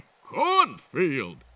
cornfield